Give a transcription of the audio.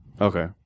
Okay